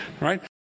Right